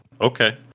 okay